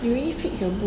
you really fix your boot